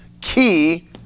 key